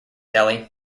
delhi